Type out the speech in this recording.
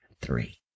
three